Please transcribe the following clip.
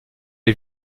les